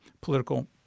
political